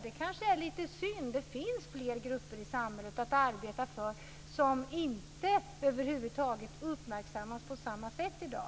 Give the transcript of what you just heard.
Det är lite synd för det finns flera grupper i samhället att arbeta för som över huvud taget inte uppmärksammas på samma sätt i dag.